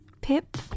Pip